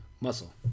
Muscle